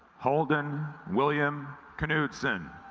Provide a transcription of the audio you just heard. holden william knudsen